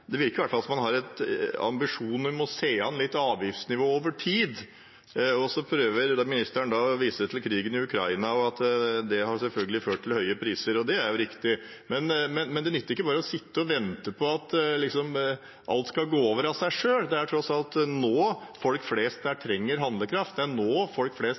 det virker som at ministeren i hvert fall har en ambisjon. Jeg hører ham si at man må se an avgiftsnivået litt over tid, og så prøver ministeren å vise til krigen i Ukraina og at det selvfølgelig har ført til høye priser. Det er riktig, men det nytter ikke bare å sitte og vente på at liksom alt skal gå over av seg selv. Det er tross alt nå folk flest trenger handlekraft. Det er nå folk flest